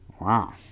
Wow